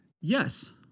Yes